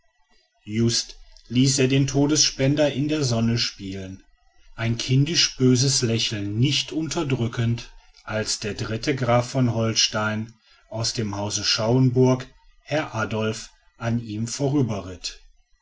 just ließ er den todesspender in der sonne spielen ein kindisches böses lächeln nicht unterdrückend als der dritte graf von holstein aus dem hause schauenburg herr adolf an ihm